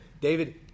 David